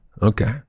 okay